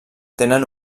tenen